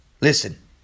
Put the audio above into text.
Listen